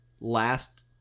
last